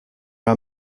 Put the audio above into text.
are